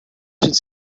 should